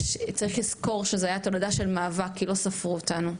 צריך לזכור שזה היה תולדה של מאבק כי לא ספרו אותנו,